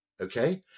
Okay